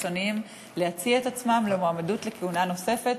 חיצוניים להציע את עצמם למועמדות לכהונה נוספת.